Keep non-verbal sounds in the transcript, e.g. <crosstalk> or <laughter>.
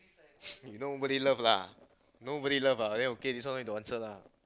<noise> you nobody love lah nobody love ah then okay this one don't need to answer lah